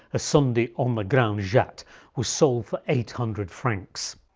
a sunday on the grande jatte was sold for eight hundred francs.